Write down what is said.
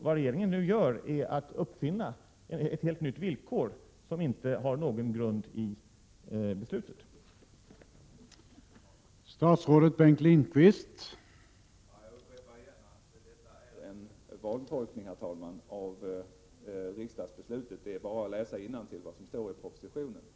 Vad regeringen nu gör är att uppfinna ett helt nytt villkor som inte har någon grund i riksdagens beslut.